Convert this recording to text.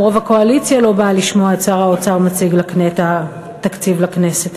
גם רוב הקואליציה לא באה לשמוע את שר האוצר מציג את התקציב לכנסת.